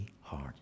hard